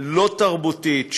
לא תרבותית,